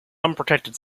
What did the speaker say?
unprotected